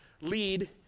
lead